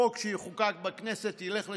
חוק שיחוקק בכנסת ילך לשם,